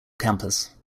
campus